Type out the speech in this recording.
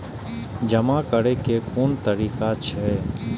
जमा करै के कोन तरीका छै?